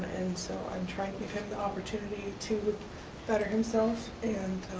and so i'm trying to give him the opportunity to better himself, and